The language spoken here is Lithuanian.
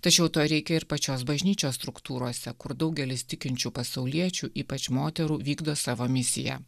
tačiau to reikia ir pačios bažnyčios struktūrose kur daugelis tikinčių pasauliečių ypač moterų vykdo savo misiją